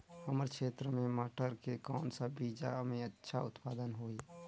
हमर क्षेत्र मे मटर के कौन सा बीजा मे अच्छा उत्पादन होही?